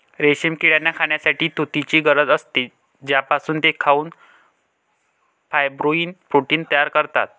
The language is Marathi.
रेशीम किड्यांना खाण्यासाठी तुतीची गरज असते, ज्यापासून ते खाऊन फायब्रोइन प्रोटीन तयार करतात